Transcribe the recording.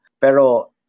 pero